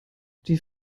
die